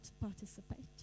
participate